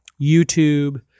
YouTube